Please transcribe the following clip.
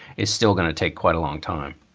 is still going to take quite a long time